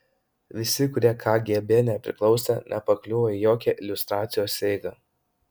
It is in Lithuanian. visi kurie kgb nepriklausė nepakliuvo į jokią liustracijos eigą